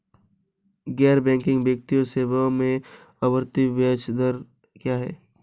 गैर बैंकिंग वित्तीय सेवाओं में आवर्ती ब्याज दर क्या है?